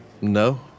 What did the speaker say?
No